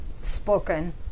spoken